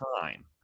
time